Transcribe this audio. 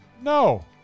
no